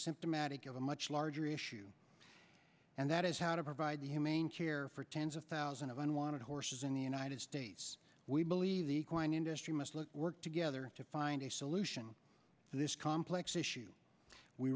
symptomatic of a much larger issue and that is how to provide humane care for tens of thousands of unwanted horses in the united states we believe the wine industry must look work together to find a solution to this complex issue we